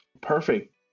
perfect